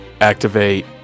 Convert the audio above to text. activate